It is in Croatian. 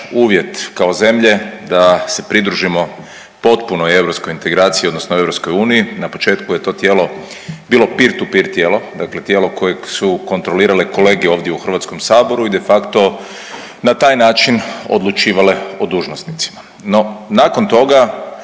uvjet kao zemlje da se pridružimo potpunoj europskoj integraciji odnosno EU. Na početku je to tijelo bilo pir tu pir tijelo, dakle tijelo kojeg su kontrolirale kolege ovdje u HS i de facto na taj način odlučivale o dužnosnicima, no nakon toga